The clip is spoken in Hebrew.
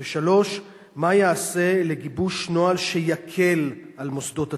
3. מה ייעשה לגיבוש נוהל שיקל על מוסדות התרבות?